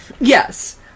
Yes